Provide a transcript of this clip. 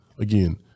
Again